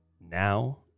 now